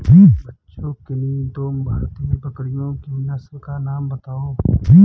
बच्चों किन्ही दो भारतीय बकरियों की नस्ल का नाम बताओ?